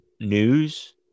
news